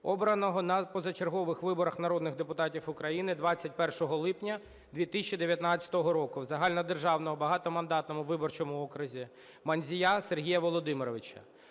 обраного на позачергових виборах народних депутатів України 21 липня 2019 року в загальнодержавному багатомандатному виборчому окрузі Мандзія Сергія Володимировича,